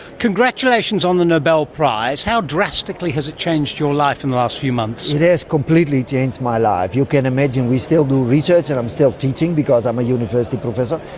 congratulations on the nobel prize. how drastically has it changed your life in the last few months? it has completely changed my life. you can imagine we still do research and i'm still teaching because i'm a university professor,